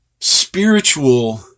spiritual